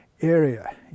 area